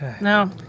No